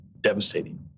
devastating